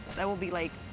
that will be like.